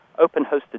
open-hosted